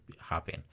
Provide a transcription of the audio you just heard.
happen